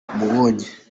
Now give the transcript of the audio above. mubonye